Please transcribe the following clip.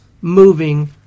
moving